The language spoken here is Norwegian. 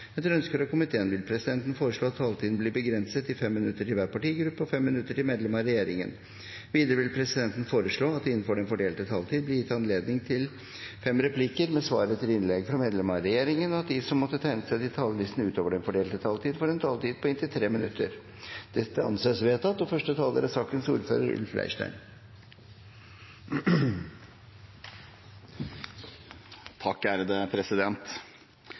Etter ønske fra justiskomiteen vil presidenten foreslå at taletiden blir begrenset til 5 minutter til hver partigruppe og 5 minutter til medlemmer av regjeringen. Videre vil presidenten foreslå at det – innenfor den fordelte taletid – blir gitt anledning til inntil fem replikker med svar etter innlegg fra medlemmer av regjeringen, og at de som måtte tegne seg på talerlisten utover den fordelte taletid, får en taletid på inntil 3 minutter. – Det anses vedtatt. Digitalisering av domstolene er absolutt nødvendig, både for å bedre rettssikkerheten og